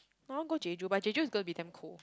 I wanna go Jeju but Jeju is gonna be damn cold